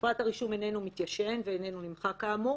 פרט הרישום איננו מתיישן ואיננו נמחק כאמור,